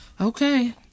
Okay